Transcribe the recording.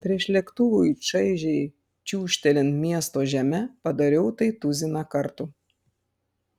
prieš lėktuvui šaižiai čiūžtelint miesto žeme padariau tai tuziną kartų